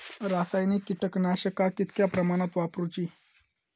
रासायनिक कीटकनाशका कितक्या प्रमाणात वापरूची?